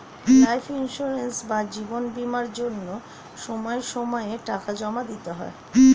life insurance বা জীবন বীমার জন্য সময় সময়ে টাকা জমা দিতে হয়